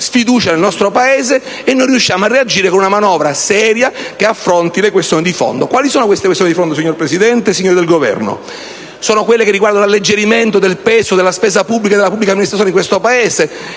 confronti del nostro Paese, senza che noi riusciamo a reagire con una manovra seria, che affronti le questioni di fondo. Ma quali sono le questioni di fondo, signor Presidente, signori del Governo? Sono quelle che riguardano l'alleggerimento del peso della spesa pubblica e della pubblica amministrazione nel nostro Paese.